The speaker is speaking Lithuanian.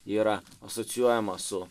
yra asocijuojama su